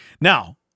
Now